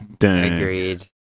Agreed